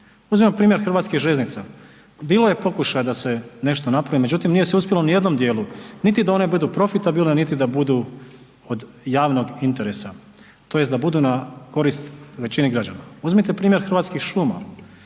Uzmimo primjer Hrvatskih željeznica, bilo je pokušaja da se nešto napravi, međutim nije se uspjelo ni u jednom dijelu, niti da one budu profitabilne, niti da budu od javnog interesa tj. da budu na korist većini građana. Uzmite primjer Hrvatskih šuma,